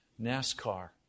NASCAR